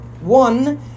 One